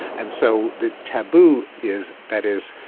and so the taboo is that is,